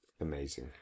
Amazing